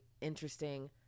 interesting